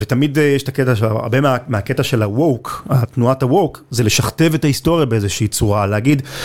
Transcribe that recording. ותמיד יש את הקטע, הרבה מהקטע של ה-woke, התנועת ה-woke זה לשכתב את ההיסטוריה באיזושהי צורה, להגיד.